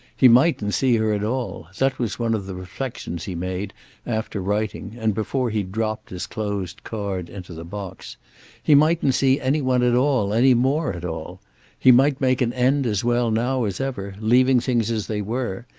he mightn't see her at all that was one of the reflexions he made after writing and before he dropped his closed card into the box he mightn't see any one at all any more at all he might make an end as well now as ever, leaving things as they were,